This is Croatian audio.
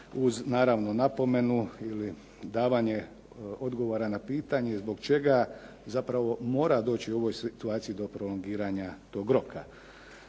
uz naravno napomenu ili davanje odgovora na pitanje zbog čega zapravo mora doći u ovoj situaciji do prolongiranja tog roka.